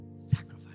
Sacrifice